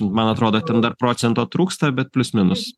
man atrodo ten dar procento trūksta bet plius minus